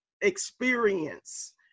experience